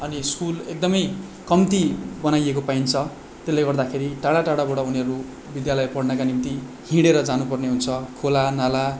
अनि स्कुल एकदमै कम्ती बनाइएको पाइन्छ त्यसले गर्दाखेरि टाढा टाढाबाट उनीहरू विद्यालय पढ्नका निम्ति हिँडेर जानुपर्ने हुन्छ खोला नाला